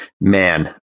Man